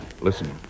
Listen